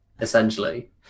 essentially